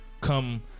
come